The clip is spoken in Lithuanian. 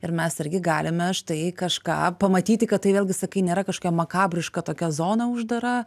ir mes irgi galime štai kažką pamatyti kad tai vėlgi sakai nėra kažkokia makabriška tokia zona uždara